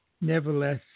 Nevertheless